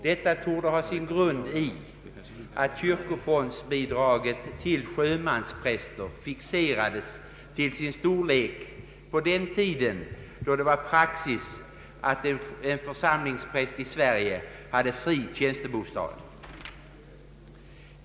Detta torde ha sin grund i att kyrkofondsbidraget till sjömanspräster fixerades till sin storlek på den tiden då det var praxis att en församlingspräst i Sverige hade fri tjänstebostad.